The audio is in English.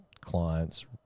clients